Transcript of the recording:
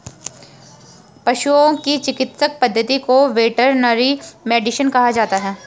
पशुओं की चिकित्सा पद्धति को वेटरनरी मेडिसिन कहा जाता है